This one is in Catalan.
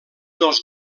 dels